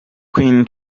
queen